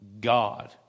God